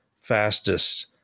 fastest